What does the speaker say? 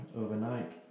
overnight